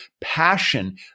passion